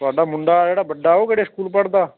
ਤੁਹਾਡਾ ਮੁੰਡਾ ਜਿਹੜਾ ਵੱਡਾ ਉਹ ਕਿਹੜੇ ਸਕੂਲ ਪੜ੍ਹਦਾ